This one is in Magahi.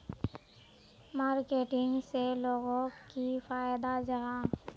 मार्केटिंग से लोगोक की फायदा जाहा?